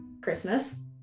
Christmas